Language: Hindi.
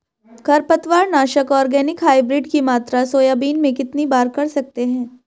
खरपतवार नाशक ऑर्गेनिक हाइब्रिड की मात्रा सोयाबीन में कितनी कर सकते हैं?